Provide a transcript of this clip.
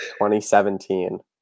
2017